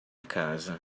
casa